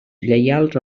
lleials